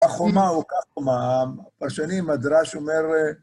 החומה אותה חומה. פרשנים הדרש אומר...